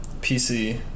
PC